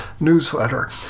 newsletter